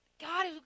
God